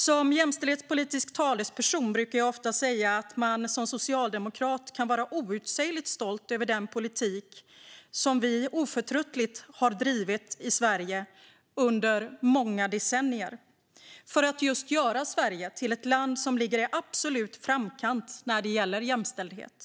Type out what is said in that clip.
Som jämställdhetspolitisk talesperson brukar jag ofta säga att man som socialdemokrat kan vara outsägligt stolt över den politik som vi oförtröttligt har drivit i Sverige under många decennier för att göra Sverige till ett land som ligger i absolut framkant när det gäller jämställdhet.